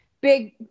big